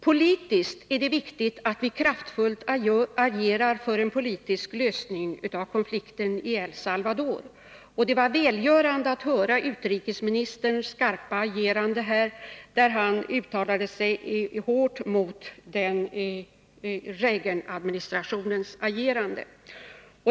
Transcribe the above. Politiskt är det viktigt att vi kraftfullt agerar för en politisk lösning av konflikten i El Salvador. Det var välgörande att höra utrikesministerns skarpa uttalande, där han hårt gick emot Reaganadministrationens agerande.